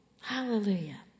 Hallelujah